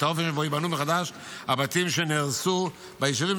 את האופן בו ייבנו מחדש הבתים שנהרסו ביישובים,